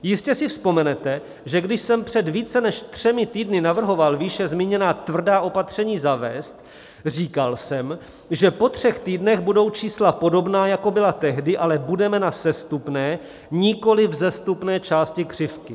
Jistě si vzpomenete, že když jsem před více než třemi týdny navrhoval výše uvedená tvrdá opatření zavést, říkal jsem, že po třech týdnech budou čísla podobná, jako byla tehdy, ale budeme na sestupné, nikoliv vzestupné části křivky.